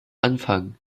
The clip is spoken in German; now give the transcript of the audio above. anfang